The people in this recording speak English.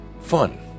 Fun